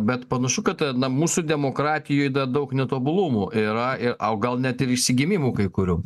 bet panašu kad na mūsų demokratijoj da daug netobulumų yra ir o gal net išsigimimų kai kurių